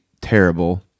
terrible